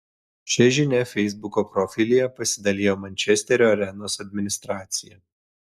šia žinia feisbuko profilyje pasidalijo mančesterio arenos administracija